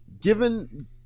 given